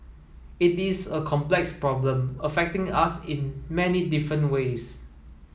it is a complex problem affecting us in many different ways